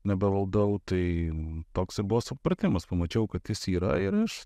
nebevaldau tai toks buvo supratimas pamačiau kad jis yra ir aš